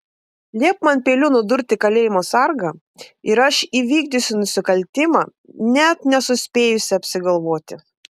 liepk man peiliu nudurti kalėjimo sargą ir aš įvykdysiu nusikaltimą net nesuspėjusi apsigalvoti